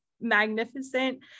magnificent